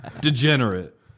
Degenerate